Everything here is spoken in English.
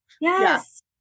Yes